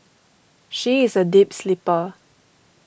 she is a deep sleeper